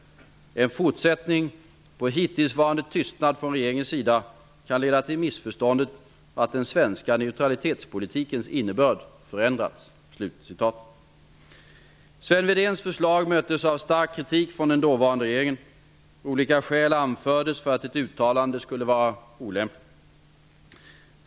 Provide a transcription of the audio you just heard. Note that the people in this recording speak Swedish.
En fortsättning på hittillsvarande tystnad från regeringens sida kan leda till missförståndet att den svenska neutralitetspolitikens innebörd förändrats.'' Sven Wedéns förslag möttes av stark kritik från den dåvarande regeringen. Olika skäl anfördes för att ett uttalande skulle vara olämpligt.